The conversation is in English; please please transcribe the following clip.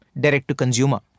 direct-to-consumer